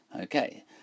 Okay